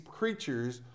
creatures